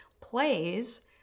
plays